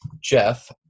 jeff